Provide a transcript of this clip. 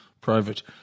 Private